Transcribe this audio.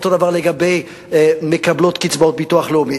אותו דבר לגבי מקבלות קצבאות ביטוח לאומי.